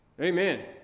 Amen